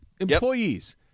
employees